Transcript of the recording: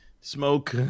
Smoke